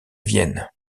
vienne